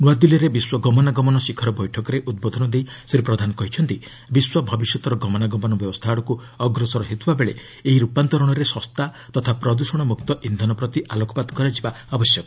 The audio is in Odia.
ନୂଆଦିଲ୍ଲୀରେ ବିଶ୍ୱ ଗମନାଗମନ ଶିଖର ବୈଠକରେ ଉଦ୍ବୋଧନ ଦେଇ ଶ୍ରୀ ପ୍ରଧାନ କହିଛନ୍ତି ବିଶ୍ୱ ଭବିଷ୍ୟତର ଗମନାଗମନ ବ୍ୟବସ୍ଥା ଆଡ଼କୁ ଅଗ୍ରସର ହେଉଥିବାବେଳେ ଏହି ରୂପାନ୍ତରଣରେ ଶସ୍ତା ତଥା ପ୍ରଦ୍ୟଷଣମୁକ୍ତ ଇନ୍ଧନ ପ୍ରତି ଆଲୋକପାତ କରାଯିବା ଆବଶ୍ୟକ